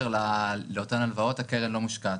למה שכונה פה קודם "הלוואות לאוצר".